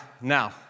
now